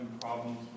problems